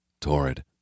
Torrid